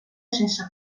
sense